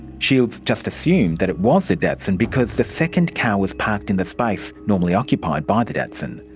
shields just assumed that it was the datsun because the second car was parked in the space normally occupied by the datsun.